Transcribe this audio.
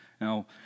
Now